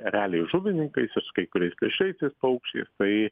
ereliais žuvininkais ir su kai kuriais plėšriaisiais paukščiai tai